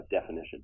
definition